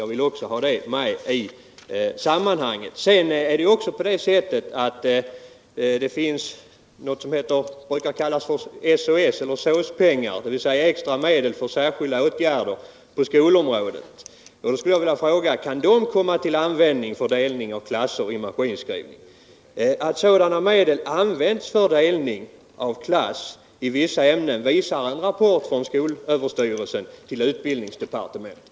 Det vill jag också ha med i sammanhanget. Det finns även något som brukar kallas för SÅS-pengar, extra medel för särskilda åtgärder på skolans område. Jag skulle vilja fråga: Kan de komma till användning för delning av klasser i maskinskrivning? Att sådana medel används för delning av klasser i vissa ämnen visas genom en rapport från skolöverstyrelsen till utbildningsdepartementet.